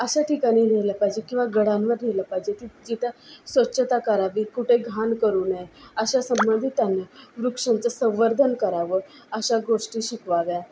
अशा ठिकाणी नेलं पाहिजे किंवा गडांवर नेलं पाहिजे जिथं स्वच्छता करावी कुठे घाण करू नये अशा संबंधी त्यांना वृक्षांचं संवर्धन करावं अशा गोष्टी शिकवाव्या